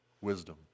wisdom